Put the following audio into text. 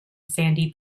sandy